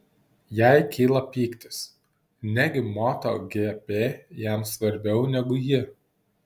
jai kyla pyktis negi moto gp jam svarbiau negu ji